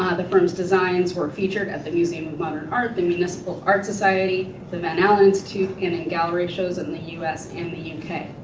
ah the firm's designs were featured at the museum of modern art, the municipal art society, the van alen institute and in gallery shows in the u s. and the u k.